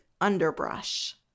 underbrush